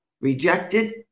rejected